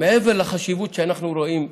מעבר לחשיבות שאנחנו רואים.